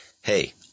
hey